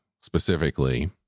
specifically